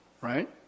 right